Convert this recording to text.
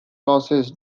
losses